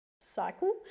cycle